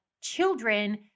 children